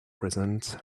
presents